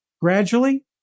gradually